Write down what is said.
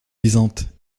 luisante